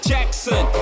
Jackson